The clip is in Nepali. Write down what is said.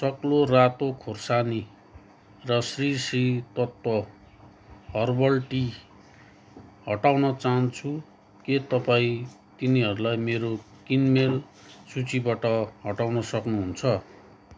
सग्लो रातो खोर्सानी र श्री श्री तत्त्व हर्बल टी हटाउन चाहन्छु के तपाईँ तिनीहरूलाई मेरो किनमेल सूचीबाट हटाउन सक्नुहुन्छ